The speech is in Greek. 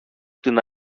την